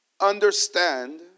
understand